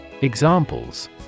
Examples